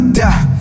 die